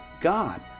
God